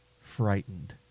frightened